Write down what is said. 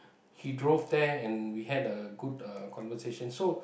he drove there and we had a good uh conversation so